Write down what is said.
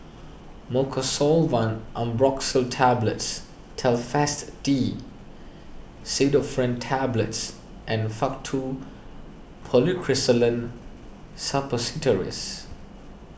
Mucosolvan Ambroxol Tablets Telfast D Pseudoephrine Tablets and Faktu Policresulen Suppositories